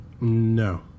No